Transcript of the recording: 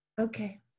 okay